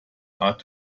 are